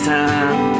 time